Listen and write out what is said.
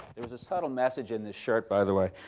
there was a subtle message in this shirt, by the way.